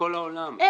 בכל העולם.